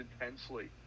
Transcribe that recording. intensely